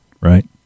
Right